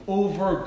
over